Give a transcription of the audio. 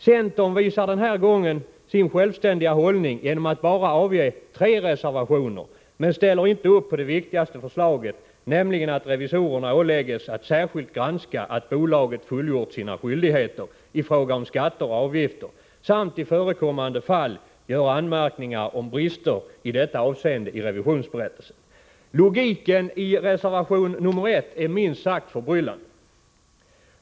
Centern visar den här gången sin självständiga hållning genom att bara avge tre reservationer men ställer inte upp på det viktigaste förslaget, nämligen att revisorerna åläggs att särskilt granska att bolaget fullgjort sina skyldigheter i fråga om skatter och avgifter samt i förekommande fall göra anmärkningar om brister i detta avseende i revisionsberättelsen. Logiken i reservation 1 är minst sagt förbryllande.